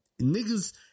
niggas